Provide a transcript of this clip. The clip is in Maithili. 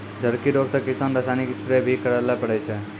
झड़की रोग से किसान रासायनिक स्प्रेय भी करै ले पड़ै छै